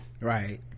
right